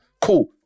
Cool